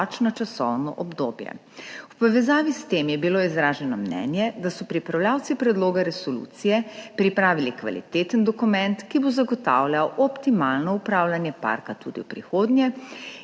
časovno obdobje. V povezavi s tem je bilo izraženo mnenje, da so pripravljavci predloga resolucije pripravili kvaliteten dokument, ki bo zagotavljal optimalno upravljanje parka tudi v prihodnje,